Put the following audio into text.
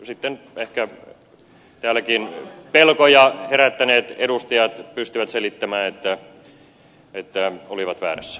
sitten ehkä täälläkin pelkoja herättäneet edustajat pystyvät selittämään että olivat väärässä